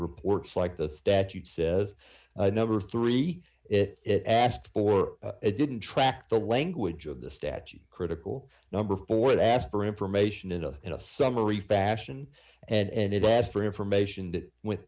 reports like the statute says number three it asked for it didn't track the language of the statute critical number for it asked for information into a summary fashion and it asked for information with